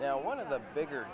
know one of the bigger